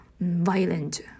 violent